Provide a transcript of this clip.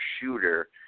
shooter